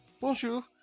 Bonjour